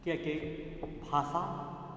कियाकि भाषा